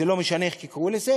לא משנה איך תקראו לזה,